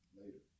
later